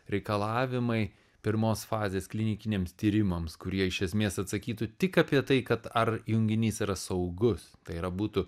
reikalavimai pirmos fazės klinikiniams tyrimams kurie iš esmės atsakytų tik apie tai kad ar junginys yra saugus tai yra būtų